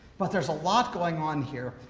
but there's a lot going on here,